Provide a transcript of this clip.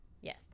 yes